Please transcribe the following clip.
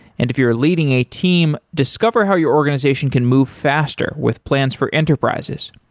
and if you're leading a team, discover how your organization can move faster with plans for enterprises.